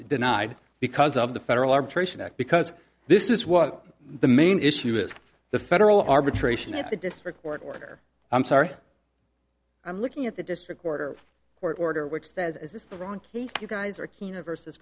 denied because of the federal arbitration act because this is what the main issue is the federal arbitration if the district court order i'm sorry i'm looking at the district court or court order which says is this the wrong you guys are keener vers